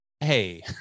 Hey